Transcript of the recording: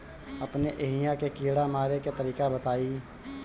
अपने एहिहा के कीड़ा मारे के तरीका बताई?